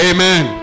Amen